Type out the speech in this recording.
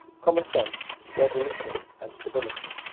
common sense, resolution, and stability.